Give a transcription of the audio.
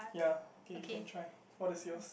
ya can can you can try all the sales